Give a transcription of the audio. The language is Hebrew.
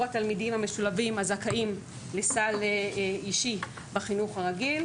התלמידים המשולבים והזכאים לסל אישי בחינוך הרגיל.